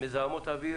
הן מזהמות אוויר,